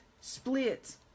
splits